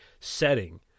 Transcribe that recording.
setting